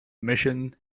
mission